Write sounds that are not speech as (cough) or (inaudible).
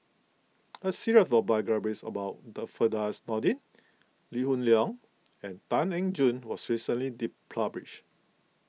(noise) a series of biographies about Firdaus Nordin Lee Hoon Leong and Tan Eng Joo was recently be published